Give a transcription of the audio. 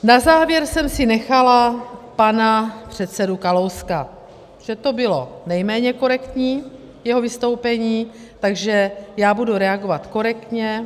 Na závěr jsem si nechala pana předsedu Kalouska, že to bylo nejméně korektní jeho vystoupení, takže já budu reagovat korektně.